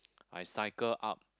I cycle up